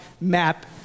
map